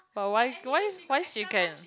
but why why why she can